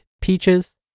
Peaches